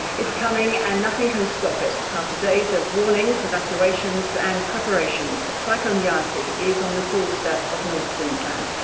it's coming, and nothing can stop it. after days of warnings, evacuations and preparations, cyclone so like um yasi is on the doorstep of north queensland.